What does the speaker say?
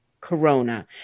Corona